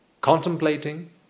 contemplating